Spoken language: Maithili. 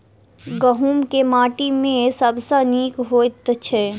गहूम केँ माटि मे सबसँ नीक होइत छै?